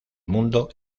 mundo